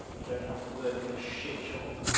i don't have to work in a shit job.